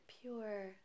pure